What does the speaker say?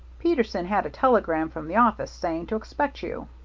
peterson had a telegram from the office saying to expect you.